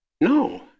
No